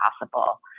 possible